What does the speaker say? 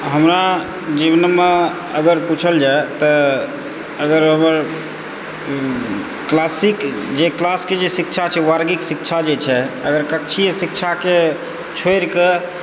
हमरा जीवनमे अगर पूछल जाए तऽ अगर हमर क्लासिक जे क्लासके जे शिक्षा छै वर्गीक शिक्षा जे छै अगर कक्षीय शिक्षाके छोड़ि कऽ